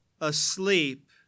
asleep